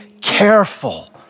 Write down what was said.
careful